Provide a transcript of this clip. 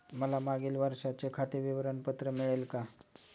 मला मागील वर्षाचे खाते विवरण पत्र मिळेल का?